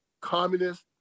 communist